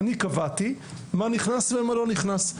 אני קבעתי מה נכנס ומה לא נכנס.